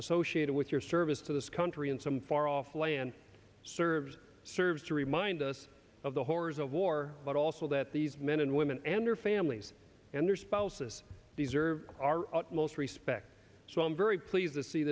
associated with your service to this country in some far off land serves serves to remind us of the horrors of war but also that these men and women and their families and their spouses deserve our utmost respect so i'm very pleased to see